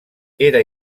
era